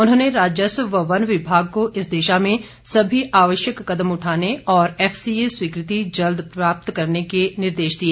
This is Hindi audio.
उन्होंने राजस्व व वन विभाग को इस दिशा में सभी आवश्यक कदम उठाने और एफसीए स्वीकृति जल्द प्राप्त करने के निर्देश दिए